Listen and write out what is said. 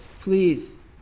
please